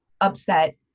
upset